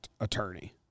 attorney